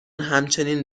همچنین